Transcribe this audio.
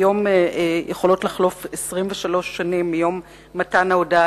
היום יכולות לחלוף 23 שנים מיום מתן ההודעה